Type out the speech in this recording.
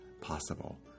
possible